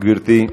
גברתי,